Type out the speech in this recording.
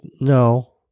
no